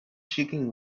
chicken